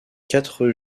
quatre